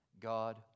God